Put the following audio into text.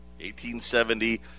1870